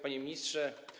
Panie Ministrze!